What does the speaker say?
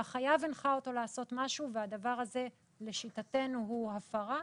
והחייב הנחה אותו לעשות משהו והדבר הזה לשיטתנו הוא הפרה,